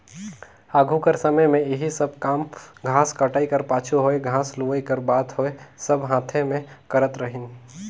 आघु कर समे में एही सब काम घांस कटई कर पाछू होए घांस लुवई कर बात होए सब हांथे में करत रहिन